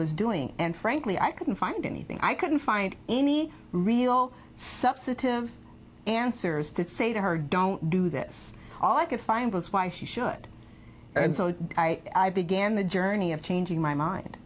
was doing and frankly i couldn't find anything i couldn't find any real substantive answers that say to her don't do this all i could find was why she should and so i began the journey of changing my mind